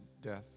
death